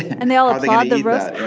and they all all think the rest.